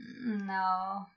No